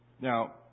Now